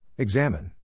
Examine